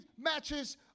matches